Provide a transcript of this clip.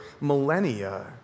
millennia